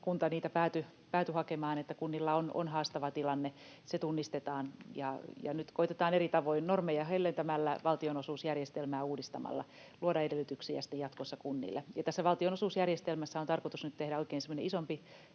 kunta niitä päätyi hakemaan. Kunnilla on haastava tilanne, se tunnistetaan, ja nyt koetetaan eri tavoin normeja höllentämällä ja valtionosuusjärjestelmää uudistamalla luoda edellytyksiä sitten jatkossa kunnille. Tässä valtionosuusjärjestelmässä on tarkoitus nyt tehdä oikein